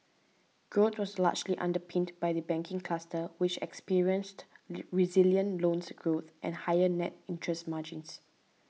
growth was largely underpinned by the banking cluster which experienced resilient loans growth and higher net interest margins